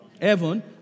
Heaven